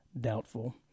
Doubtful